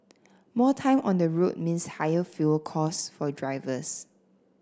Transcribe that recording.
more time on the road means higher fuel cost for drivers